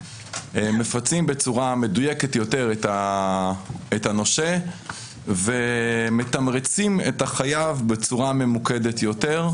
מפצים בצורה מדויקת יותר את הנושה ומתמרצים את החייב בצורה ממוקדת יותר.